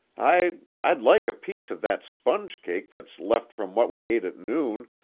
i i'd like a piece of that sponge cake that's left from what we ate at noon,